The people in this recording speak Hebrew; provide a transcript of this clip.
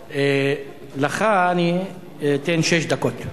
לך אני אתן שש דקות.